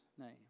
name